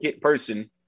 person